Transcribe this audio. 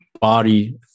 body